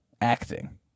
acting